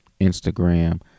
Instagram